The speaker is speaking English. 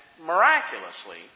miraculously